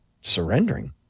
surrendering